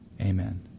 Amen